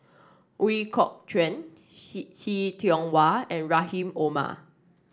Ooi Kok Chuen See Tiong Wah and Rahim Omar